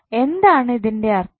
എന്താണ് ഇതിൻ്റെ അർത്ഥം